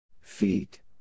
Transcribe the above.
Feet